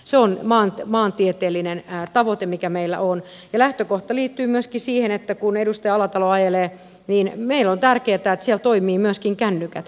se on maatieteellinen tavoite mikä meillä on ja lähtökohta liittyy myöskin siihen että kun edustaja alatalo ajelee niin meille on tärkeätä että siellä toimivat myöskin kännykät